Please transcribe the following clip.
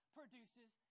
produces